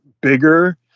bigger